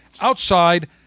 outside